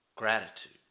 Gratitude